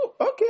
okay